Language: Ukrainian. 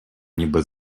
ніби